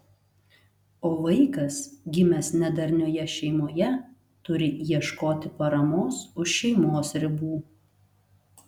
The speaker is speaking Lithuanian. o vaikas gimęs nedarnioje šeimoje turi ieškoti paramos už šeimos ribų